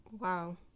Wow